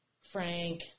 Frank